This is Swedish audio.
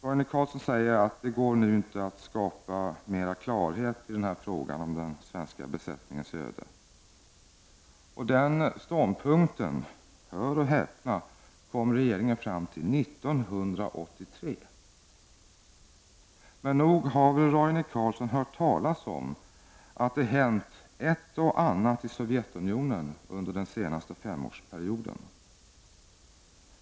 Roine Carlsson säger att det inte går att skapa mer klarhet i fråga om den svenska besättningens öde. Den ståndpunkten, hör och häpna, kommer regeringen fram till 1983. Nog har väl Roine Carlsson hört talas om att det har hänt ett och annat i Sovjetunionen under den senaste femårsperioden.